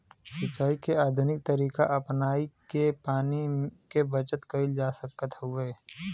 सिंचाई के आधुनिक तरीका अपनाई के पानी के बचत कईल जा सकत हवे